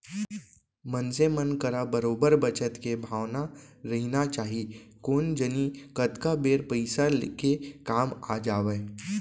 मनसे मन करा बरोबर बचत के भावना रहिना चाही कोन जनी कतका बेर पइसा के काम आ जावय